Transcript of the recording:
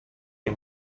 nie